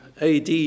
AD